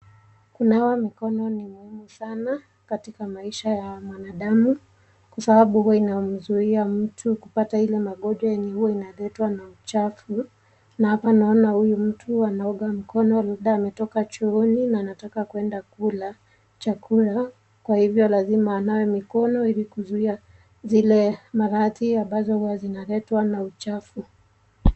Kunawa mikono ni muhimu sana katika maisha ya mwanadamu kwa sababu huwa inamzuia mtu kupata ile magonjwa yenye huwa inaletwa na uchafu na hapa naona huyu mtu anaoga mkono labda ametoka chooni na anataka kuenda kula kwa hivyo lazima anawe mikono ili kuzuia zile maradhi ambazo huwa zinaletwa na uchafu.